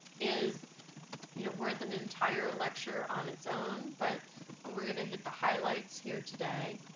is you know worth an entire lecture on its own, but we're going to hit the highlights here today.